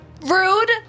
Rude